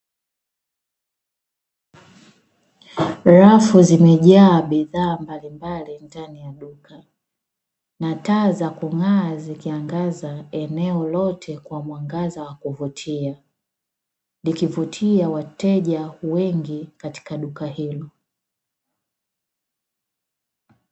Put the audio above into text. Rafu zimejaa bidhaa mbalimbali ndani ya duka na taa za kung'aa zikiangaza eneo lote kwa mwangaza wa kuvutia, Likivutia wateja wengi katika duka hilo.